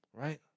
Right